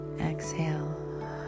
exhale